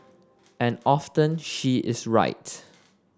and often she is right